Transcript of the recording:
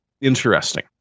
interesting